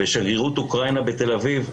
שגרירות אוקראינה בתל אביב,